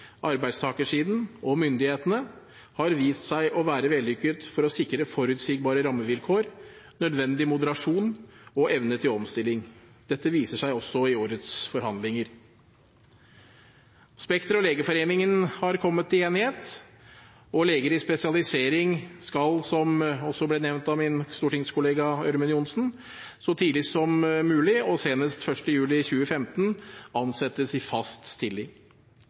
arbeidstakersiden og myndighetene har vist seg å være vellykket for å sikre forutsigbare rammevilkår, nødvendig moderasjon og evne til omstilling. Dette viser seg også i årets forhandlinger. Spekter og Legeforeningen har kommet til enighet. Leger i spesialisering skal – som det også ble nevnt av min stortingskollega Ørmen Johnsen – så tidlig som mulig, og senest 1. juli 2015, ansettes i fast stilling.